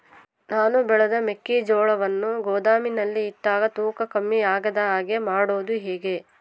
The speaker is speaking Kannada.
ನಾನು ಬೆಳೆದ ಮೆಕ್ಕಿಜೋಳವನ್ನು ಗೋದಾಮಿನಲ್ಲಿ ಇಟ್ಟಾಗ ತೂಕ ಕಮ್ಮಿ ಆಗದ ಹಾಗೆ ಮಾಡೋದು ಹೇಗೆ?